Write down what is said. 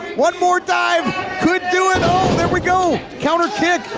one more dive could do it. oh, there we go! counter kick,